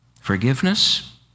forgiveness